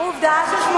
אבל איפה התקציב שלה?